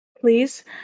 Please